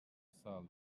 sağlıyor